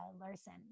Larson